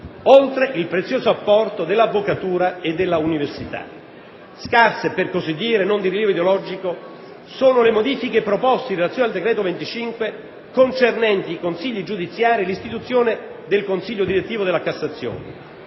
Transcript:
oltre il prezioso apporto dell'avvocatura e dell'università. Scarse e, per così dire, non di rilievo ideologico sono le modifiche proposte in relazione al decreto legislativo n. 25 del 2006, concernente i consigli giudiziari e l'istituzione del consiglio direttivo della Cassazione: